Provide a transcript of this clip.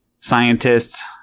scientists